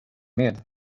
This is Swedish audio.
med